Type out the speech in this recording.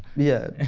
yeah.